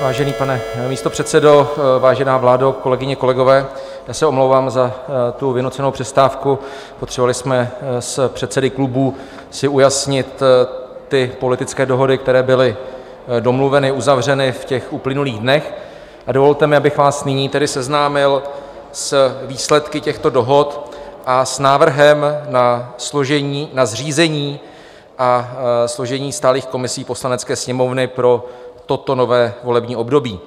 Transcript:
Vážený pane místopředsedo, vážená vládo, kolegyně, kolegové, já se omlouvám za tu vynucenou přestávku, potřebovali jsme s předsedy klubů si ujasnit ty politické dohody, které byly domluveny, uzavřeny v uplynulých dnech, a dovolte mi, abych vás nyní tedy seznámil s výsledky těchto dohod a s návrhem na zřízení a složení stálých komisí Poslanecké sněmovny pro nové volební období.